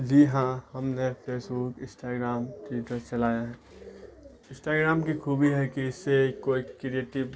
جی ہاں ہم نے فیس بوک انسٹاگرام ٹویٹر چلایا ہے انسٹاگرام کی خوبی ہے کہ اس سے کوئی کریئیٹب